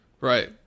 Right